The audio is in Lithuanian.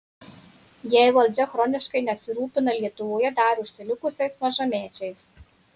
jei valdžia chroniškai nesirūpina lietuvoje dar užsilikusiais mažamečiais